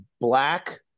black